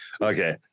okay